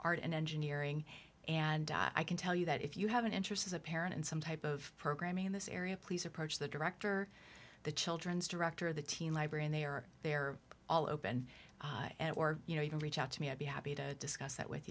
art and engineering and i can tell you that if you have an interest as a parent in some type of programming in this area please approach the director the children's director the team librarian they are they are all open and or you know you can reach out to me i'd be happy to discuss that with